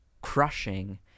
crushing